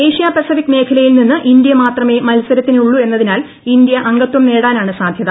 Asia Pacific മേഖലയിൽ നിന്ന് India മാത്രമേ മത്സരത്തിനുള്ളൂ എന്നതിനാൽ ഇന്ത്യ അംഗത്വം നേടാനാണ് സാധൃത